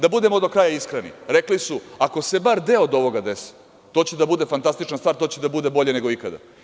Da budemo do kraja iskreni, rekli su – ako se bar deo od ovoga desi, to će da bude fantastična stvar, to će da bude bolje nego ikada.